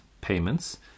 payments